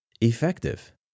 effective